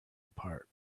apart